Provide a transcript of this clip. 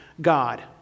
God